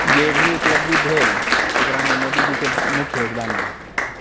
जेभी उपलब्धि भेल ओकरामे मोदी जीके मुख्य योगदान यऽ